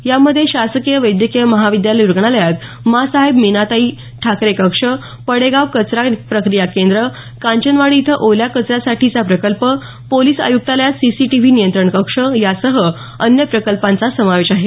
यामध्ये शासकीय वैद्यकीय महाविद्यालय रुग्णालयात माँसाहेब मीनाताई ठाकरे कक्षपडेगाव कचरा प्रक्रिया केंद्र कांचनवाडी इथं ओल्या कचऱ्यासाठीचा प्रकल्प पोलिस आय्क्तालयात सीसीटीव्ही नियंत्रण कक्ष यासह अन्य प्रकल्पांचा समावेश आहे